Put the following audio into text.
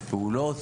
בפעולות,